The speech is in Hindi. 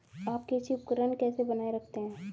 आप कृषि उपकरण कैसे बनाए रखते हैं?